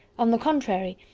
on the contrary,